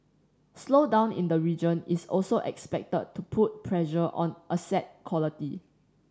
slowdown in the region is also expected to put pressure on asset quality